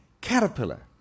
caterpillar